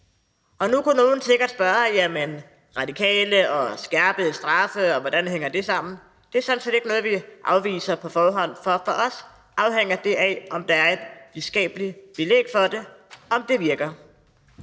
Nu kunne nogen sikkert spørge: Jamen Radikale og skærpede straffe; hvordan hænger det sammen? Det er sådan set ikke noget, vi afviser på forhånd, for for os afhænger det af, om der er et videnskabeligt belæg for det – om det virker.